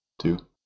two